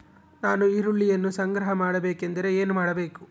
ನಾನು ಈರುಳ್ಳಿಯನ್ನು ಸಂಗ್ರಹ ಮಾಡಬೇಕೆಂದರೆ ಏನು ಮಾಡಬೇಕು?